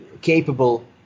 capable